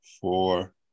four